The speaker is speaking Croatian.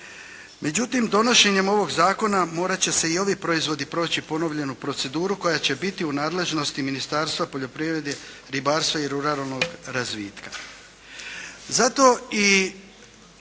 Međutim donošenjem ovog zakona morati će i ovi proizvodi proći ponovljenu proceduru koja će biti u nadležnosti Ministarstva poljoprivrede, ribarstva i ruralnog razvitka.